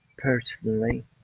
personally